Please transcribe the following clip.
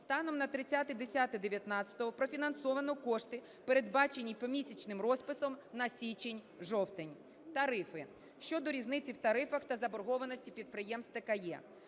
Станом на 30.10.19 профінансовано кошти, передбачені помісячним розписом на січень-жовтень. Тарифи. Щодо різниці в тарифах та заборгованості підприємств ТКЕ.